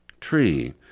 tree